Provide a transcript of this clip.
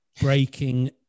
breaking